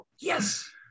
Yes